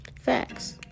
Facts